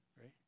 right